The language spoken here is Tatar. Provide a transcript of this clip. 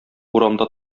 урамда